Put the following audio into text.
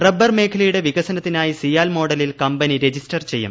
rubber മേഖലയുടെ വികസനത്തിനായി സിയാൽ മോഡലിൽ കമ്പനി രജിസ്റ്റർ ചെയ്യും